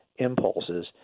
impulses